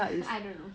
I don't know